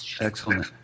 Excellent